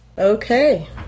Okay